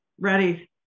Ready